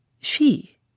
She